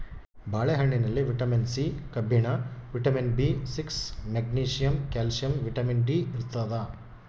ಬಾಳೆ ಹಣ್ಣಿನಲ್ಲಿ vitamin C ಕಬ್ಬಿಣ vitamin B six magnesium calcium vitamin D ಇರ್ತಾದ